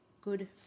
good